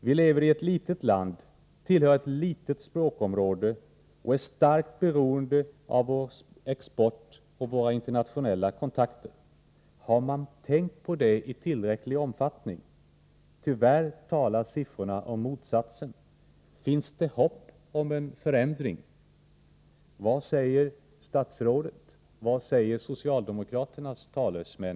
Vi lever i ett litet land, tillhör ett litet språkområde och är starkt beroende av vår export och våra internationella kontakter. Har man tänkt på det i tillräcklig omfattning? Tyvärr talar siffrorna om motsattsen. Finns det hopp om en förändring? Vad säger statsrådet, vad säger socialdemokraternas talesmän?